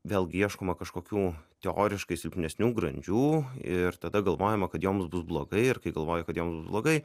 vėlgi ieškoma kažkokių teoriškai silpnesnių grandžių ir tada galvojama kad joms bus blogai ir kai galvoji kad joms bus blogai